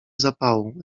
zapału